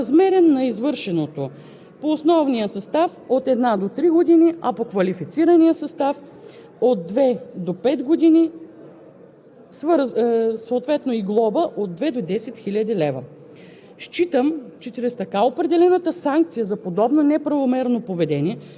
от правоприлагащите органи. Размерът на наказанията, които сме предвидили, също квалифицирам като оптимален и справедлив и съразмерен на извършеното по основния състав от една до три години, а по квалифицирания състав от две до пет години,